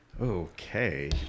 Okay